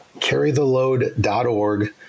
carrytheload.org